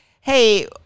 hey